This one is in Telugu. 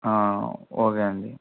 ఆ ఓకే అండి